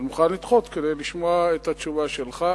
אני מוכן לדחות כדי לשמוע את התשובה שלך.